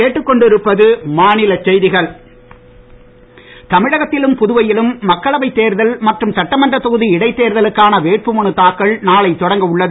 இரண்டாம் கட்டம் தமிழகத்திலும் புதுவையிலும் மக்களவை தேர்தல் மற்றும் சட்டமன்ற தொகுதி இடைத் தேர்தலுக்கான வேட்புமனு தாக்கல் நாளை தொடங்க உள்ளது